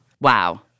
Wow